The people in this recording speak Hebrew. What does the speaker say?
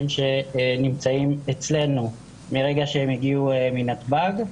שנמצאים אצלנו מרגע שהם הגיעו מנתב"ג.